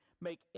make